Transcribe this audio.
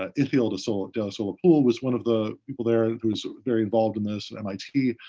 ithiel de sola de sola pool was one of the people there who was very involved in this, mit,